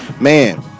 man